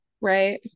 right